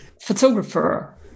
photographer